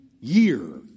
year